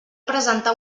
presentar